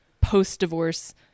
post-divorce